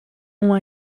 ont